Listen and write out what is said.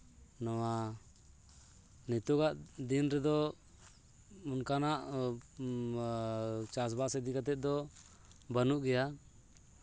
ᱱᱚᱣᱟ ᱱᱤᱛᱳᱜᱟᱜ ᱫᱤᱱ ᱨᱮᱫᱚ ᱚᱱᱠᱟᱱᱟᱜ ᱪᱟᱥᱼᱵᱟᱥ ᱤᱫᱤ ᱠᱟᱛᱮᱫ ᱫᱚ ᱵᱟᱹᱱᱩ ᱜᱮᱭᱟ